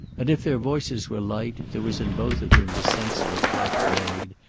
and, if their voices were light, there was in both of them the sense of a pact made,